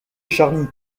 charny